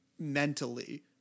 mentally